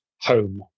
home